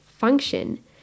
function